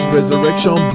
Resurrection